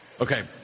okay